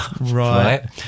right